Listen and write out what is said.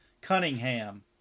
Cunningham